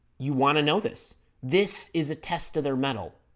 you want to know this this is a test of their mettle